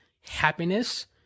happiness